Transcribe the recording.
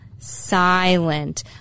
Silent